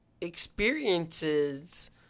experiences